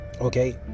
Okay